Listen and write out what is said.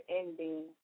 ending